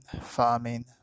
farming